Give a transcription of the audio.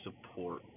support